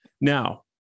Now